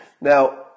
Now